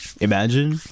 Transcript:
imagine